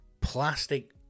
plastic